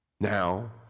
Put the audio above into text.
now